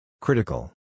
Critical